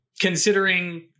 considering